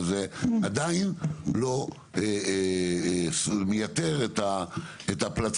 אבל, זה עדיין לא מייתר את הפלטפורמה.